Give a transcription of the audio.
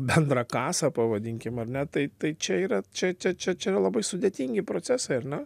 bendrą kasą pavadinkim ar ne tai tai čia yra čia čia čia čia yra labai sudėtingi procesai ar ne